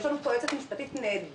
יש לנו פה יועצת משפטית נהדרת.